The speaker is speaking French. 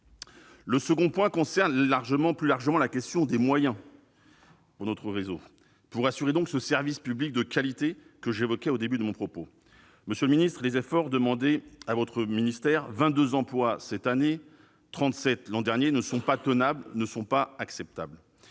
Le second point concerne plus largement la question des moyens dont dispose notre réseau pour assurer un service public de qualité, ce que j'évoquais au début de mon propos. Monsieur le ministre, les efforts demandés à votre ministère- 22 emplois supprimés en 2020 et 37 l'an dernier -ne sont ni tenables ni acceptables.